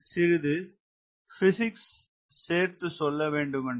சிறிது பிசிக்ஸ் சேர்த்து சொல்லவேண்டுமென்றால்